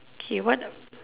he want